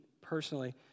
personally